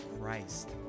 Christ